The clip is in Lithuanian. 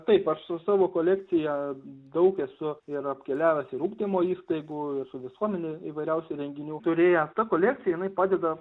taip aš su savo kolekcija daug esu ir apkeliavęs ir ugdymo įstaigų su visuomene įvairiausių renginių turėję ta kolekcija jinai padeda